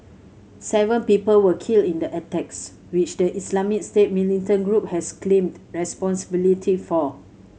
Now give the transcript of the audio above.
seven people were killed in the attacks which the Islamic State militant group has claimed responsibility for